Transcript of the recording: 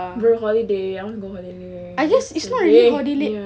bro holiday I want go holiday ya